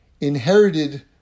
inherited